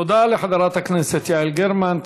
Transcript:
תודה לחברת הכנסת יעל גרמן.